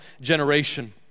generation